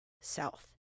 south